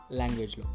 language